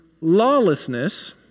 lawlessness